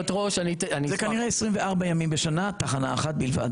הראש -- זה כנראה 24 ימים בשנה תחנה אחת בלבד.